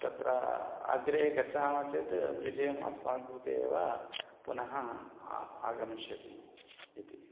तत्र अग्रे गच्छामः चेत् विजयम् अस्माकं कृते एव पुनः आ आगमिष्यति इति